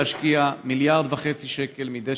ואמרו שהם מוכנים להשקיע 1.5 מיליארד שקל מדי